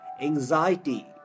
anxiety